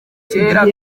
kera